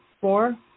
Four